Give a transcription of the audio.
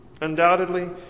Undoubtedly